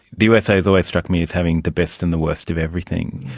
the usa has always struck me as having the best and the worst of everything.